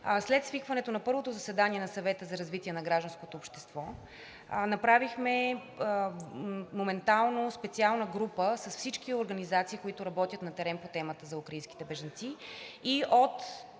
След свикването на първото заседание на Съвета за развитие на гражданското общество направихме моментално специална група с всички организации, които работят на терен по темата за украинските бежанци, и от